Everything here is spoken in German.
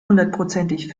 hundertprozentig